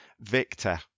victor